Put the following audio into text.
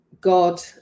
God